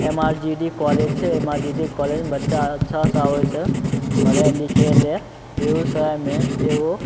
M R G D college छै M R G D कॉलेजमे बच्चा आर अच्छासे आबै छै पढ़ै लिखैले बेगूसरायमे एगो